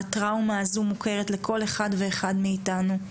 הטראומה הזו מוכרת לכל אחד ואחת מאתנו.